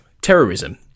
terrorism